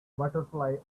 butterfly